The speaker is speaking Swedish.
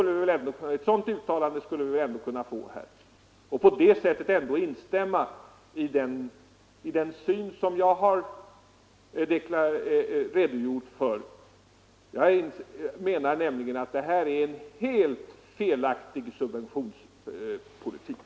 Ett sådant uttalande skulle vi väl ändå kunna få här och på det sättet ett instämmande i den syn som jag har redogjort för. Detta är en helt felaktig subventionspolitik.